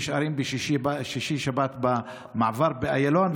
הם נשארים שישי-שבת במעבר באיילון,